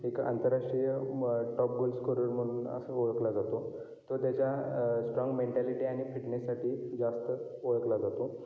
एक आंतरराष्ट्रीय top goal scorer म्हणून असं ओळखला जातो तो त्याच्या स्ट्राँग मेंटॅलिटी आणि फिटनेससाठी जास्त ओळखला जातो